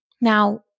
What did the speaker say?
Now